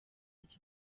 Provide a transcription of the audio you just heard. iki